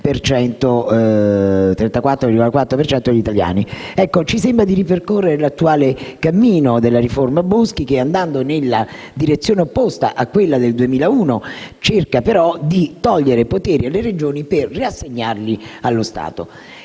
cento degli italiani. Ci sembra di ripercorrere l'attuale cammino della riforma Boschi, che, andando nella direzione opposta a quella del 2001, cerca però di togliere poteri alle Regioni per riassegnarli allo Stato.